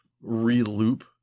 re-loop